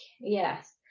yes